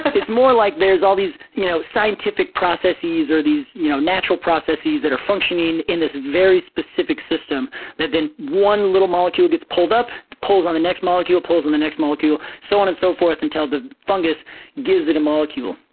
it's more like there's all these you know scientific processes or these you know natural processes that are functioning in this very specific system that then one little molecule gets pulled up, pulls on the next molecule, pulls on the next molecule, so on and so forth until the fungus gives it a molecule,